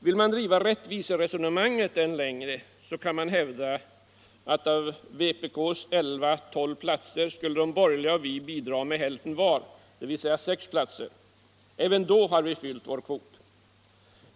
Vill man driva rättviseresonemanget än längre så kan man hävda, utt av kommunisternas 11-12 platser skulle de borgerliga och vi bidra med hälften var, dvs. med 6 platser. Även då har vi fyllt vår kvot.